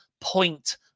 point